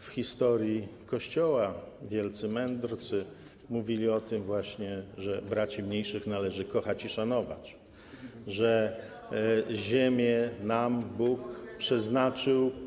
w historii Kościoła wielcy mędrcy mówili właśnie o tym, że braci mniejszych należy kochać i szanować, że ziemię nam Bóg przeznaczył.